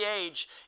age